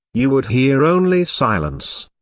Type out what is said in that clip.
you would hear only silence.